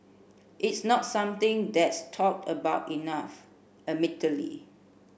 it's not something that's talked about enough admittedly